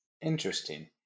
Interesting